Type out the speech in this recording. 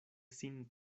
sin